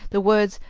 the words,